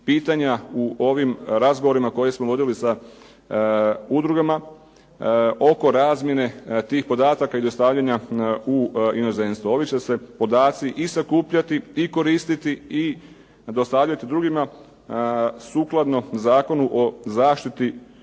u ovim razgovorima koje smo vodili sa udrugama oko razmjene tih podataka i dostavljanja u inozemstvo. Ovi će se podaci i sakupljati, i koristiti i dostavljati drugima sukladno Zakonu o zaštiti